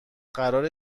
قراره